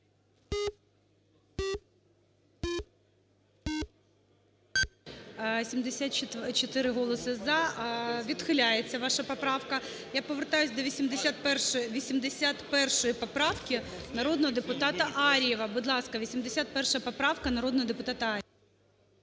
74 голоси "за". Відхиляється ваша поправка. Я повертаюся до 81 поправки народного депутата Ар'єва. Будь ласка, 81-а поправка народного депутата Ар'єва.